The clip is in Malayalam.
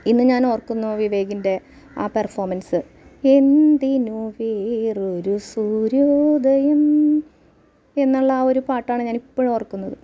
ഇന്ന് ഞാൻ ഓർക്കുന്നു വിവേകിൻ്റെ ആ പെർഫോമൻസ് എന്തിന് വേറൊരു സൂര്യോദയം എന്നുള്ള ആ ഒരു പാട്ടാണ് ഞാനിപ്പോഴും ഓർക്കുന്നത്